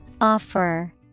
Offer